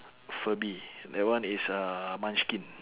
furby that one is uh munchkin